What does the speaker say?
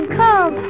come